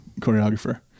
choreographer